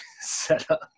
setup